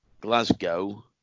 Glasgow